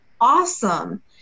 awesome